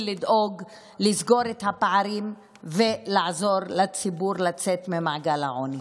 לדאוג לסגור את הפערים ולעזור לציבור לצאת ממעגל העוני.